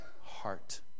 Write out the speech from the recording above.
heart